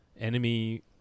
Enemy